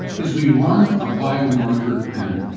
is we run a biomarker panel.